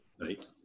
Right